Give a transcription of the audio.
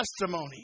testimony